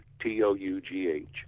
T-O-U-G-H